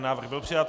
Návrh byl přijat.